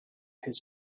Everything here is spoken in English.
his